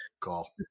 call